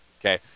okay